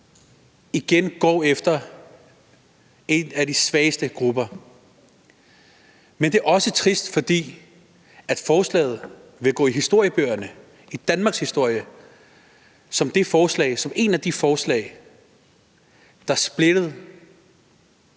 igen går efter en af de svageste grupper, men det er også trist, fordi forslaget vil skrive sig ind i historiebøgerne, i danmarkshistorien, som et af de forslag, der splittede